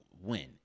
win